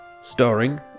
Starring